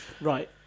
Right